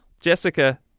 jessica